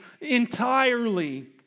entirely